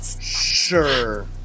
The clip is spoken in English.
Sure